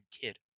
kid